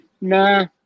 nah